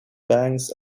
banks